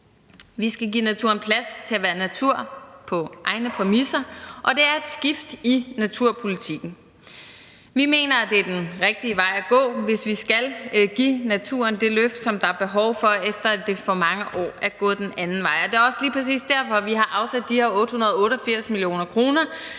Vi skal give naturen plads til at være natur på egne præmisser, og det er et skift i naturpolitikken. Vi mener, at det er den rigtige vej at gå, hvis vi skal give naturen det løft, som der er behov for, efter at det i for mange år er gået den anden vej. Det er også lige præcis derfor, vi har afsat de her 888 mio. kr.